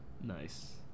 Nice